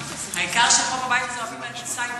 העיקר שפה בבית הזה אוהבים להגיד סייבר.